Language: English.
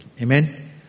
Amen